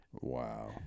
Wow